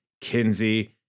Kinsey